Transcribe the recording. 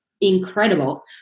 Incredible